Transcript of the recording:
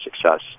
success